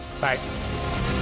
Bye